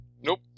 Nope